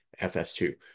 FS2